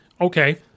okay